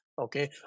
Okay